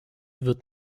wird